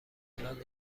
الان